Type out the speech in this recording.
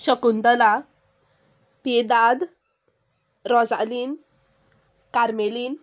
शकुंतला पेदाद रोझालीन कार्मेलीन